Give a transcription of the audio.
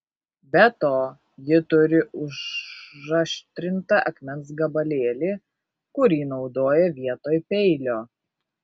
be to ji turi užaštrintą akmens gabalėlį kurį naudoja vietoj peilio